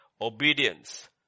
obedience